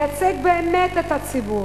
לייצג באמת את הציבור.